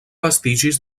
vestigis